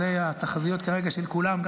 אלה היו התחזיות של כולם כרגע,